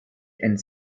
and